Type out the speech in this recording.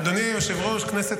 אדוני היושב-ראש, כנסת